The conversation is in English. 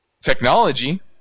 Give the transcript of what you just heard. Technology